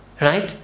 Right